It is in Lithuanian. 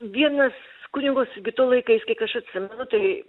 vienas kunigo sigito laikais kiek aš atsimenu tai